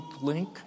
link